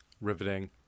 riveting